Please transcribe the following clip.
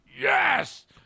Yes